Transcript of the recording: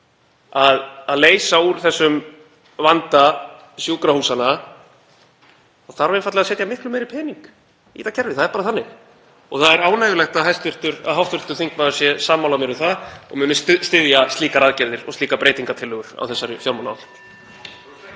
að leysa úr vanda sjúkrahúsanna þá þarf einfaldlega að setja miklu meiri pening í það kerfi. Það er bara þannig. Það er ánægjulegt að hv. þingmaður sé sammála mér um það og muni styðja slíkar aðgerðir og slíkar breytingartillögur við þessa fjármálaáætlun.